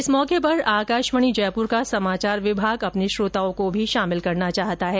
इस मौके पर आकाशवाणी जयपुर का समाचार विभाग अपने श्रोताओं को भी शामिल करना चाहता है